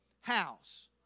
house